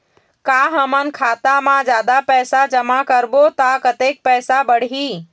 का हमन खाता मा जादा पैसा जमा करबो ता कतेक पैसा बढ़ही?